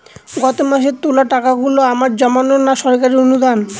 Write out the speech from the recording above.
গত মাসের তোলা টাকাগুলো আমার জমানো না সরকারি অনুদান?